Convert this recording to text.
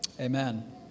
Amen